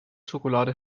schokolade